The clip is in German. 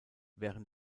während